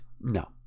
No